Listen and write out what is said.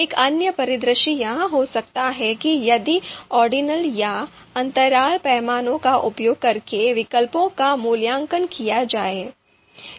एक अन्य परिदृश्य यह हो सकता है कि यदि ऑर्डिनल या अंतराल पैमाने का उपयोग करके विकल्पों का मूल्यांकन किया जाए